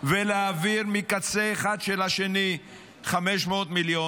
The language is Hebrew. ולהעביר מקצה אחד לשני 500 מיליון,